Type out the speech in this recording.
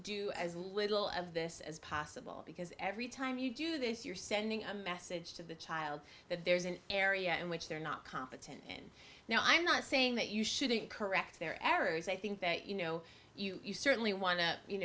do as little of this as possible because every time you do this you're sending a message to the child that there's an area in which they're not competent in now i'm not saying that you shouldn't correct their errors i think that you know you certainly want to